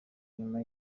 nyuma